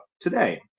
today